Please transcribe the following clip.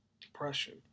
depression